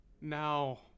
Now